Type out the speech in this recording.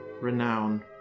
renown